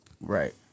Right